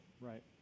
Right